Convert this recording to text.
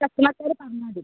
കസ്റ്റമേഴ്സുകാരെ പറഞ്ഞു വിടും